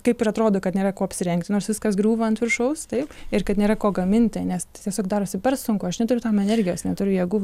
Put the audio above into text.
kaip ir atrodo kad nėra kuo apsirengti nors viskas griūva ant viršaus taip ir kad nėra ko gaminti nes tiesiog darosi per sunku aš neturiu tam energijos neturiu jėgų